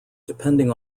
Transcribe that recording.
depending